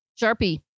Sharpie